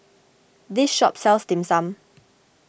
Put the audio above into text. this shop sells Dim Sum